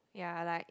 ya like